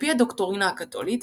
על-פי הדוקטרינה הקתולית,